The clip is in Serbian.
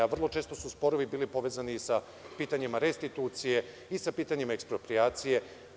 Vrlo često su sporovi bili povezani sa pitanjima restitucije i sa pitanjima eksproprijacije.